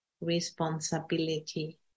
responsibility